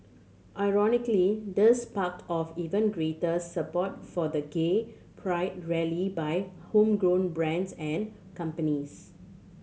ironically this sparked off even greater support for the gay pride rally by homegrown brands and companies